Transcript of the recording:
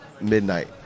midnight